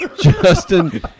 Justin